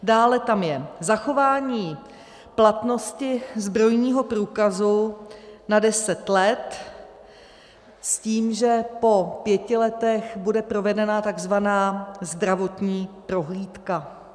Dále tam je zachování platnosti zbrojního průkazu na deset let s tím, že po pěti letech bude provedena tzv. zdravotní prohlídka.